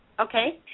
Okay